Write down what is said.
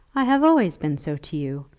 i have always been so to you.